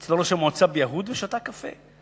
אצל ראש המועצה ביהוד ושתה קפה.